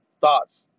thoughts